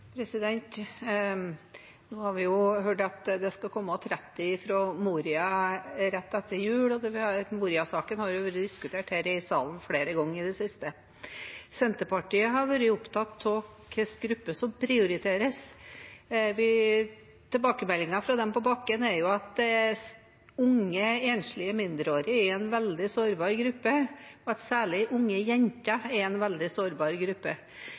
Nå har vi hørt det skal komme 30 fra Moria rett etter jul. Moria-saken har vært diskutert her i salen flere ganger i det siste. Senterpartiet har vært opptatt av hvilken gruppe som prioriteres. Tilbakemeldingen fra dem på bakken er at unge enslige mindreårige, særlig unge jenter, er en veldig sårbar gruppe. Vi har tatt til orde for at enslige jenter under 16 år burde prioriteres. En